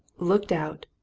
looked out,